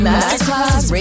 Masterclass